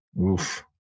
Oof